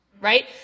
right